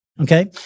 Okay